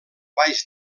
baix